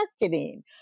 marketing